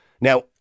Now